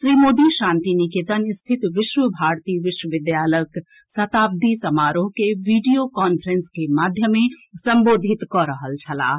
श्री मोदी शांति निकेतन स्थित विश्व भारती विश्वविद्यालयक शताब्दी समारोह के वीडियो कांफ्रेंस के माध्यमे संबोधित कऽ रहल छलाह